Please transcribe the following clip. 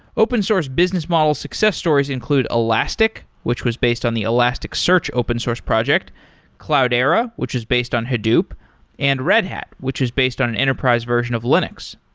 open source business model success stories include elastic, which was based on the elastic search open source project cloudera, which is based on hadoop and red hat, which is based on an enterprise version of linux.